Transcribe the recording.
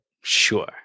sure